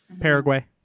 Paraguay